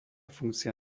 funkcia